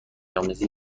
آمیزی